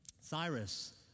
Cyrus